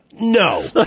no